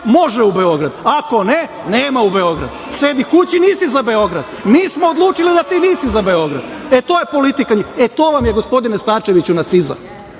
može u Beograd, a ako ne, nema u Beograd, sedi kući, nisi za Beograd – mi smo odlučili da nisi za Beograd. E to je njihova politika. To vam je, gospodine Starčeviću, nacizam.